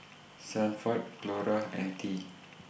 Sanford Clora and Thea